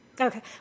Okay